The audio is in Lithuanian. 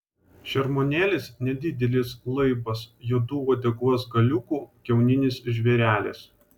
šermuonėlis nedidelis laibas juodu uodegos galiuku kiauninis žvėrelis